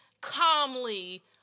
calmly